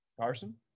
Carson